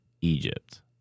Egypt